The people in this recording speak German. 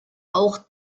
auch